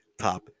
top